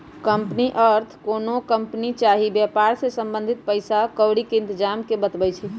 company अर्थ कोनो company चाही वेपार से संबंधित पइसा क्औरी के इतजाम के बतबै छइ